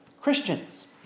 Christians